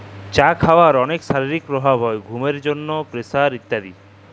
চা খাওয়ার অলেক শারীরিক প্রভাব হ্যয় ঘুমের জন্হে, প্রেসার ইত্যাদি